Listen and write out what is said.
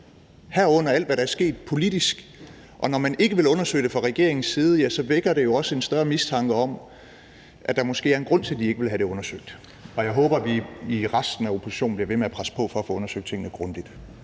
herunder alt, hvad der er sket politisk. Når man ikke vil undersøge det fra regeringens side, ja, så vækker det jo også en større mistanke om, at der måske er en grund til, at de ikke vil have det undersøgt, og jeg håber, at vi i resten af oppositionen bliver ved med at presse på for at få undersøgt tingene grundigt.